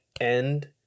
end